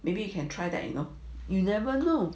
maybe you can try that you know you never know